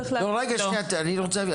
רגע אני רוצה להבין.